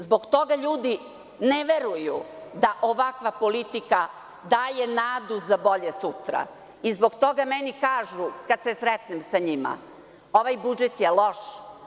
Zbog toga ljudi ne veruju da ovakva politika daje nadu za bolje sutra i zbog toga meni kažu kad se sretnem sa njima - ovaj budžet je loš.